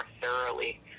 thoroughly